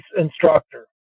instructor